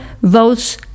votes